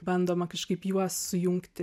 bandoma kažkaip juos sujungti